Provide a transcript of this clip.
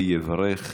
יברך